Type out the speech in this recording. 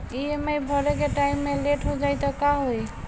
EMI भरे के time मे लेट हो जायी त का होई?